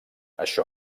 això